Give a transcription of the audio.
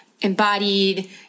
embodied